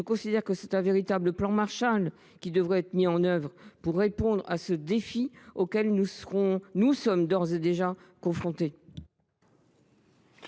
de société. C’est un véritable plan Marshall qui devrait être mis en œuvre pour relever un tel défi, auquel nous sommes d’ores et déjà confrontés.